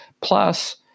Plus